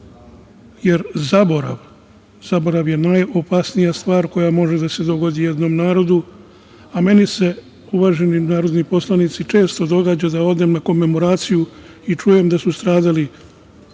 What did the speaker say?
Zaborav je najopasnija stvar koja može da se dogodi jednom narodu, a meni se uvaženi narodni poslanici često događa da odem na komemoraciju i čujem da su stradali